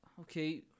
okay